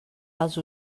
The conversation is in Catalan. als